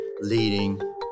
leading